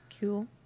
Cool